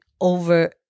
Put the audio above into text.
over